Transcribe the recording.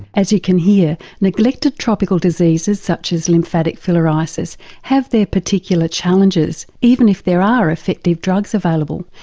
as you can hear, neglected tropical diseases such as lymphatic filiariasis have their particular challenges, even if there are effective drugs available.